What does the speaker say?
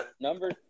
Number